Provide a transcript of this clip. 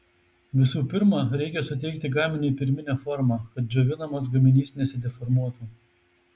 visų pirma reikia suteikti gaminiui pirminę formą kad džiovinamas gaminys nesideformuotų